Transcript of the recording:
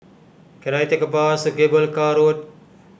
can I take a bus to Cable Car Road